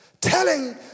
telling